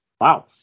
wow